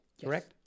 correct